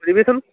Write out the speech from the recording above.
খুজিবিচোন